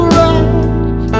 right